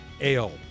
Ale